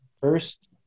first